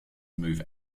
move